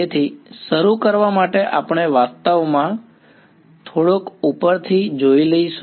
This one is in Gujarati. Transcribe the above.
તેથી શરૂ કરવા માટે આપણે વાસ્તવમાં થોડોક ઉપરથી જોઇ લઈશું